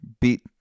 beat